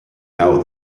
now